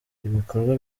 ibikorwa